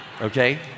Okay